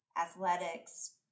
athletics